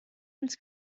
ins